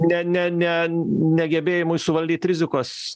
ne ne ne negebėjimui suvaldyt rizikos